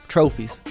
Trophies